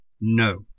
No